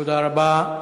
תודה רבה,